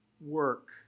work